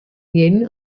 jeden